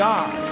God